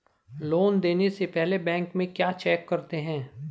Loan देने से पहले बैंक में क्या चेक करते हैं?